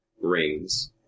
rings